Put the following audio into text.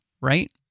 right